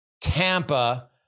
Tampa